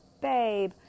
babe